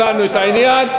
הבנו את העניין.